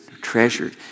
treasured